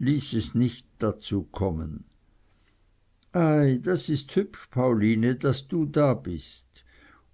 ließ es nicht dazu kommen ei das ist hübsch pauline daß du da bist